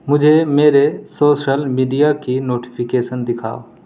مجھے میرے social media کی نوٹیفیکیشن دکھاؤ